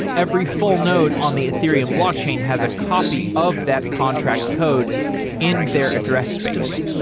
every full node on the theory and blockchain has a copy of that contract code in their address space.